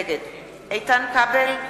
נגד איתן כבל,